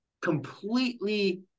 completely